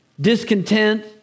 discontent